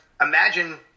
Imagine